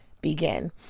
begin